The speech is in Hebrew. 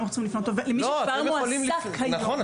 היום אנחנו צריכים --- עובד-עובד למי שכבר מועסק היום --- נכון,